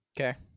Okay